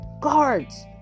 Guards